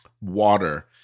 water